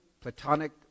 Platonic